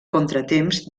contratemps